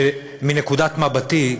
מנקודת מבטי,